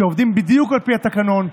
כשעובדים בדיוק על פי התקנון,